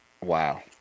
Wow